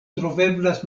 troveblas